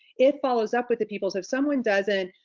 it follows up with the people so if someone doesn't,